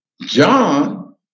John